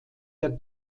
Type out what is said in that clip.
der